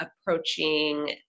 approaching